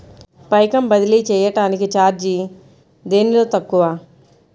పైకం బదిలీ చెయ్యటానికి చార్జీ దేనిలో తక్కువ?